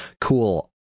cool